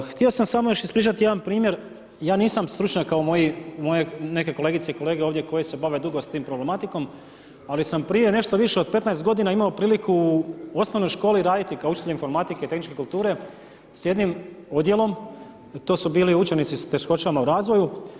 Htio sam samo još ispričati jedan primjer, ja nisam stručnjak kao moje neke kolegice i kolege ovdje koji se bave dugo s tom problematikom ali sam prije nešto više od 15 godina imao priliku u osnovnoj školi raditi kao učitelj informatike, tehničke kulture s jednim odjelom, to su bili učenici s teškoćama u razvoju.